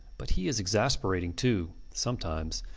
but he is exasperating, too, sometimes.